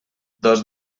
dos